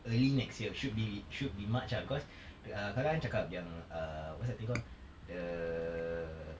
early next year should be should be march ah because ah kan dia cakap yang err what's that thing called the